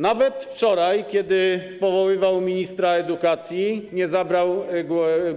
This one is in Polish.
Nawet wczoraj, kiedy powoływał ministra edukacji, nie zabrał